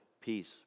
peace